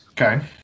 okay